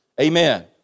Amen